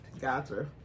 gotcha